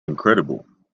incredible